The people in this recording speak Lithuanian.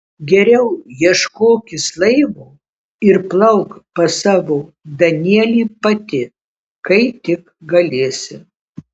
geriau ieškokis laivo ir plauk pas savo danielį pati kai tik galėsi